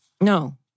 No